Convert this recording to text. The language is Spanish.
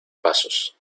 pasos